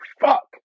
fuck